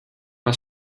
una